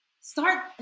start